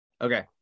Okay